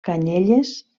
canyelles